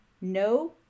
no